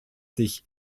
sich